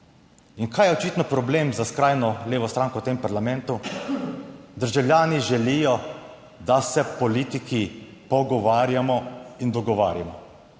In kaj je očitno problem za skrajno levo stranko v tem parlamentu? Državljani želijo, da se politiki pogovarjamo in dogovarjamo